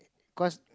cause